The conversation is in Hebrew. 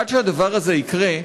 עד שהדבר הזה יקרה,